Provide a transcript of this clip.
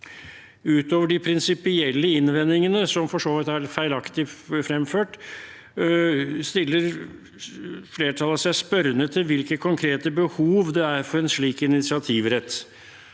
«Ut over de prinsipielle innvendingene» – som for så vidt er feilaktig fremført – «stiller flertallet seg (…) spørrende til hvilket konkret behov det er for en slik initiativrett.»